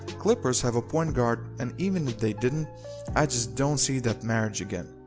clippers have a point guard and even if they didn't i just don't see that marriage again.